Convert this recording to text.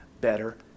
better